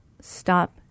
stop